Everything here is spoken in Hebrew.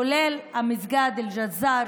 כולל מסגד אל-ג'זאר,